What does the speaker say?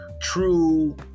true